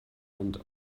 and